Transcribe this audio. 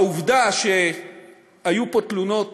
העובדה שהיו פה תלונות